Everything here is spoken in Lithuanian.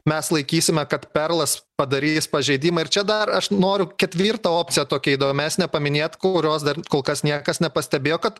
mes laikysime kad perlas padarys pažeidimą ir čia dar aš noriu ketvirtą opciją tokia įdomesnė paminėt kurios dar kol kas niekas nepastebėjo kad